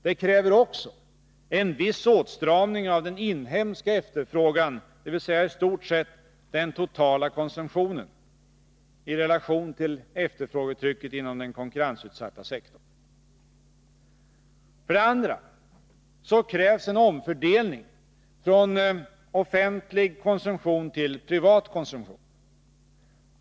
Det kräver också en viss åtstramning av den inhemska efterfrågan, dvs. i stort sett den totala konsumtionen, i relation till efterfrågetrycket inom den konkurrensutsatta sektorn. För det andra krävs en omfördelning från offentlig konsumtion till privat konsumtion.